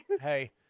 Hey